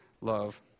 love